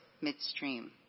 Midstream